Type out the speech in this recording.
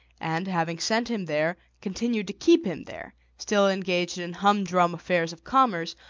and, having sent him there, continued to keep him there, still engaged in humdrum affairs of commerce,